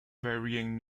varying